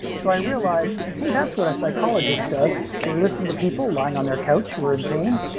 so i realized, hey, that's what a psychologist does. they listen to people lying on their couch who are in pain,